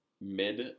mid